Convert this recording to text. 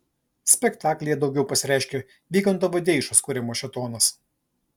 spektaklyje daugiau pasireiškia vygando vadeišos kuriamas šėtonas